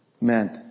meant